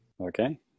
Okay